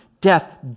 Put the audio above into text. death